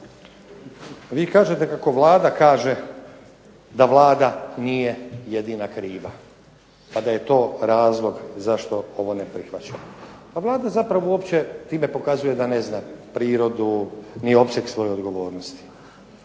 Vi kažete kako Vlada kaže da Vlada nije jedina kriva, pa da je to razlog zašto ovo ne prihvaćamo. Pa Vlada zapravo uopće time pokazuje da ne zna prirodu ni opseg svoje odgovornosti.